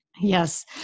Yes